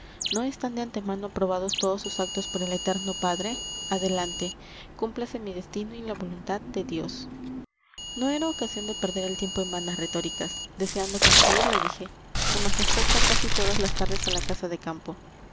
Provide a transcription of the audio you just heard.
no están de antemano aprobados todos sus actos por el eterno padre adelante cúmplase mi destino y la voluntad de dios no era ocasión de perder el tiempo en vanas retóricas deseando concluir le dije su majestad va casi todas las tardes a la casa de campo